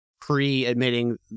pre-admitting